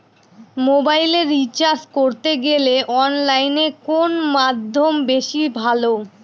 মোবাইলের রিচার্জ করতে গেলে অনলাইনে কোন মাধ্যম বেশি ভালো?